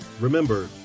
Remember